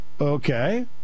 Okay